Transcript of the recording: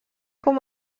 com